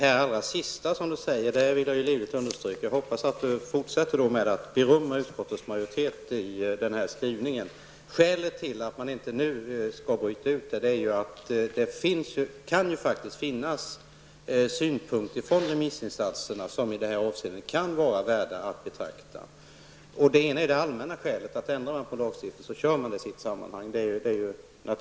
Fru talman! Jag hoppas att Håkan Holmberg fortsätter att berömma utskottsmajoritetens skrivning på denna punkt. Skälet till att man inte nu skall bryta ut förslaget är att remissinstanserna faktiskt kan ha synpunkter som i detta avseende kan vara värda att betrakta. Rent allmänt är det dessutom så, att om man skall ändra på lagstiftningen, så är det naturligt att ta allt i ett sammanhang.